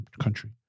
country